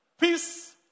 peace